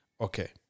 Okay